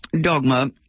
dogma